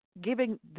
giving